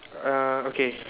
uh okay